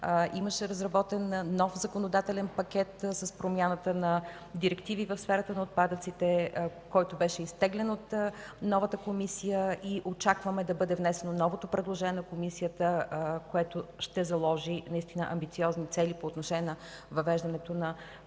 Имаше разработен нов законодателен пакет с промяна на директиви в сферата на отпадъците, който беше изтеглен от новата Комисия, и очакваме да бъде внесено ново предложение на Комисията, което ще заложи наистина амбициозни цели по отношение на принципите и